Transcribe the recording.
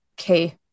okay